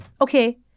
okay